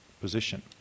position